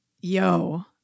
Yo